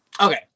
Okay